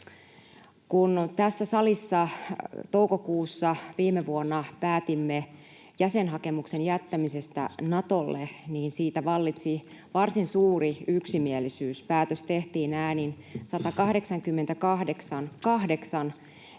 Kun tässä salissa toukokuussa viime vuonna päätimme jäsenhakemuksen jättämisestä Natolle, siitä vallitsi varsin suuri yksimielisyys. Päätös tehtiin äänin 188—8,